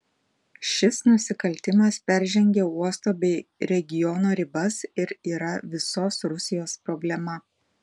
šis nusikaltimas peržengia uosto bei regiono ribas ir yra visos rusijos problema